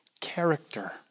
character